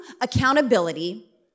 accountability